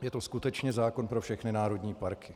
Je to skutečně zákon pro všechny národní parky.